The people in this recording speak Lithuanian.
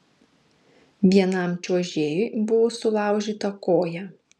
vienam čiuožėjui buvo sulaužyta koja